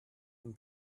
and